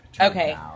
Okay